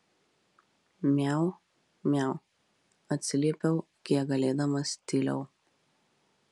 miau miau atsiliepiau kiek galėdamas tyliau